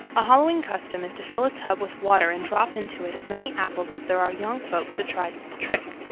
a halloween custom is to fill a tub with water and drop into it as many apples as there are young folks to try the trick.